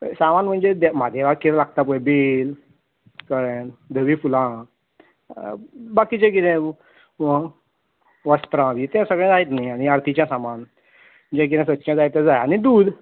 सामान म्हणजे दे म्हादेवाक कितें लागता पळय बेल कळें धवीं फुलां बाकी जें किदें वो वस्त्रां बी तें सगळें जायत न्ही आनी आर्तीच्या सामान जें किदें सच्चें जाय तें जाय आनी दूद